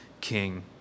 king